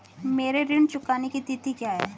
मेरे ऋण चुकाने की तिथि क्या है?